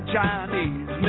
Chinese